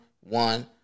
one